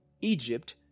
Egypt